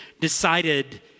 decided